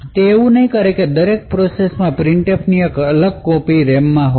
તે એવું નહીં કરે કે દરેક પ્રોસેસ માં printfની એક અલગ કોપી RAM માં હશે